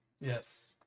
Yes